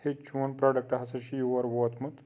ہے چون پروڈکٹ ہسا چھُ یور ووتمُت